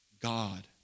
God